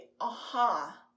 aha